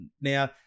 Now